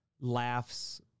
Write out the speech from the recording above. laughs